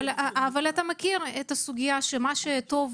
אבל אתה מכיר את הסוגייה שמה שטוב